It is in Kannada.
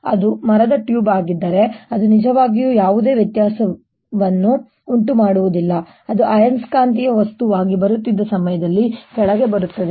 ಅದು ಮರದ ಟ್ಯೂಬ್ ಆಗಿದ್ದರೆ ಅದು ನಿಜವಾಗಿಯೂ ಯಾವುದೇ ವ್ಯತ್ಯಾಸವನ್ನು ಉಂಟುಮಾಡುವುದಿಲ್ಲ ಅದು ಅಯಸ್ಕಾಂತೀಯ ವಸ್ತುವಾಗಿ ಬರುತ್ತಿದ್ದ ಸಮಯದಲ್ಲಿ ಕೆಳಗೆ ಬರುತ್ತದೆ